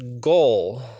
goal